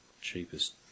cheapest